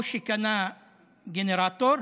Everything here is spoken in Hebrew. או קנה גנרטור,